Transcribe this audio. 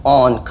on